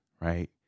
right